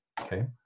okay